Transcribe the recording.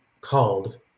called